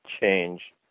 change